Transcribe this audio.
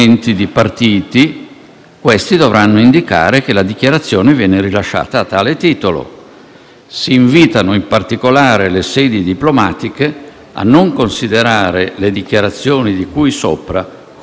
Si invitano in particolare le sedi diplomatiche a non considerare le dichiarazioni di cui sopra come espressione di posizioni della Repubblica italiana». Di fronte a una tale innocenza